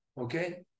Okay